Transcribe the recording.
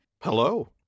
Hello